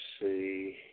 see